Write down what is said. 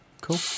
Cool